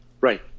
Right